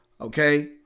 okay